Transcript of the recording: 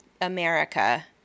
America